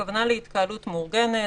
הכוונה להתקהלות מאורגנת,